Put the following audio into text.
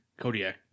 Kodiak